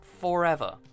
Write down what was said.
forever